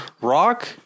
rock